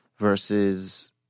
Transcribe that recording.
versus